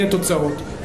יהיו תוצאות,